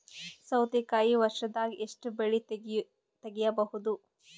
ಸೌತಿಕಾಯಿ ವರ್ಷದಾಗ್ ಎಷ್ಟ್ ಬೆಳೆ ತೆಗೆಯಬಹುದು?